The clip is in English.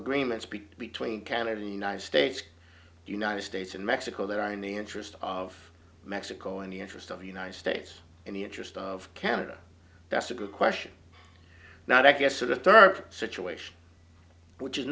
agreements between canada and united states the united states and mexico that are in the interest of mexico and the interest of the united states in the interest of canada that's a good question now i guess a third situation which is